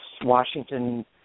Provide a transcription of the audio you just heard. Washington